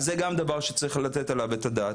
אז זה גם דבר שצריך לתת עליו את הדעת.